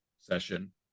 session